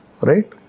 right